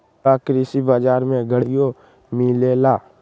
का कृषि बजार में गड़ियो मिलेला?